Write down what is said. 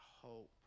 hope